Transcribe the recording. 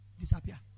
disappear